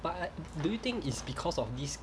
but I do you think it's because of this